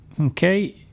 Okay